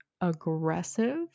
aggressive